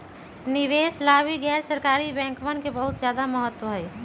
निवेश ला भी गैर सरकारी बैंकवन के बहुत ज्यादा महत्व हई